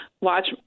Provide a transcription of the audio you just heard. watch